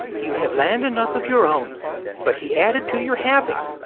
you have land enough of your own but he added to your having,